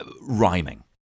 rhyming